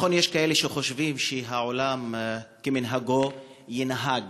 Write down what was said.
נכון שיש כאלה שחושבים שהעולם כמנהגו ינהג,